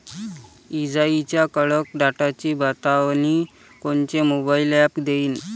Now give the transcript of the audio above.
इजाइच्या कडकडाटाची बतावनी कोनचे मोबाईल ॲप देईन?